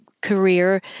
career